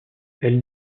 elle